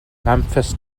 memphis